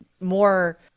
more